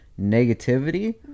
negativity